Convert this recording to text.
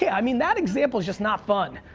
yeah i mean, that examples just not fun.